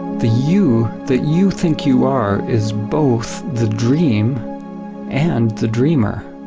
the you that you think you are is both the dream and the dreamer.